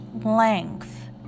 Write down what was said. length